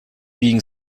being